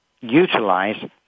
utilize